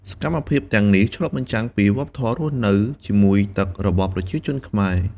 សកម្មភាពទាំងនេះឆ្លុះបញ្ចាំងពីវប្បធម៌រស់នៅជាមួយទឹករបស់ប្រជាជនខ្មែរ។